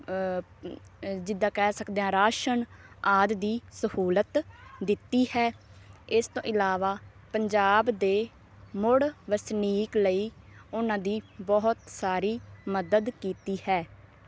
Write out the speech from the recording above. ਜਿੱਦਾਂ ਕਹਿ ਸਕਦੇ ਹਾਂ ਰਾਸ਼ਨ ਆਦਿ ਦੀ ਸਹੂਲਤ ਦਿੱਤੀ ਹੈ ਇਸ ਤੋਂ ਇਲਾਵਾ ਪੰਜਾਬ ਦੇ ਮੁੜ ਵਸਨੀਕ ਲਈ ਉਨ੍ਹਾਂ ਦੀ ਬਹੁਤ ਸਾਰੀ ਮਦਦ ਕੀਤੀ ਹੈ